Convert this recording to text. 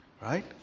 Right